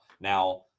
now